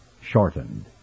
shortened